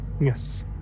Yes